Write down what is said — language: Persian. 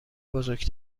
بزرگ